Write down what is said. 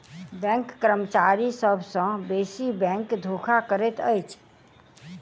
bank कर्मचारी सभ सॅ बेसी बैंक धोखा करैत अछि